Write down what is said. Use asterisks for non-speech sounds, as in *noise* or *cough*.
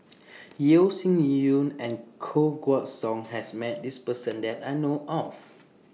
*noise* Yeo Shih Yun and Koh Guan Song has Met This Person that I know of